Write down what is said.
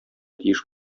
тиеш